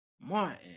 Martin